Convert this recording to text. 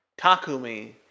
Takumi